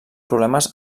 problemes